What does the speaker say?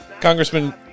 Congressman